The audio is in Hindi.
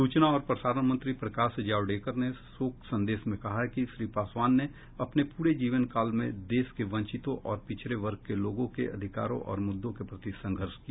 सूचना और प्रसारण मंत्री प्रकाश जावडेकर ने शोक संदेश में कहा है कि श्री पासवान ने अपने पूरे जीवनकाल में देश के वंचितों और पिछड़े वर्ग के लोगों के अधिकारों और मृद्दों के प्रति संघर्ष किया